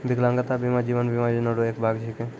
बिकलांगता बीमा जीवन बीमा योजना रो एक भाग छिकै